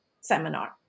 seminar